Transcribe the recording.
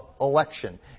election